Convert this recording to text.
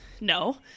No